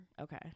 Okay